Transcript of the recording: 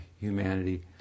humanity